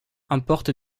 importe